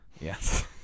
Yes